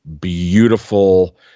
beautiful